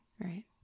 right